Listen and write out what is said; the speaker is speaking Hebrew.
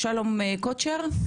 שלום קוטשר,